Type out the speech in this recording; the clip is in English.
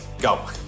go